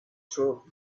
throat